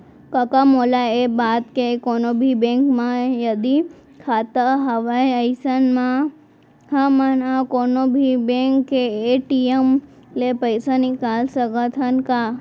कका मोला ये बता के कोनों भी बेंक म यदि खाता हवय अइसन म हमन ह कोनों भी बेंक के ए.टी.एम ले पइसा निकाल सकत हन का?